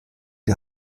die